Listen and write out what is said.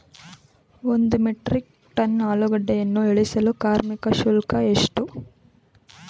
ಒಂದು metric ton ಆಲೂಗೆಡ್ಡೆಯನ್ನು ಇಳಿಸಲು ಕಾರ್ಮಿಕ ಶುಲ್ಕ ಎಷ್ಟು?